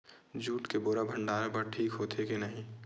Jute के बोरा भंडारण बर ठीक होथे के नहीं?